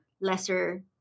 lesser